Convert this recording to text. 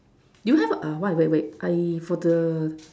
do you have a why wait wait I for the